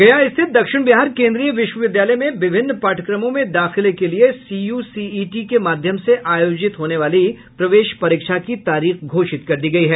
गया स्थित दक्षिण बिहार केन्द्रीय विश्वविद्यालय में विभिन्न पाठ्यक्रमों में दाखिले के लिये सीयूसीईटी के माध्यम से आयोजित होने वाली प्रवेश परीक्षा की तारीख घोषित कर दी गयी है